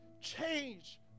change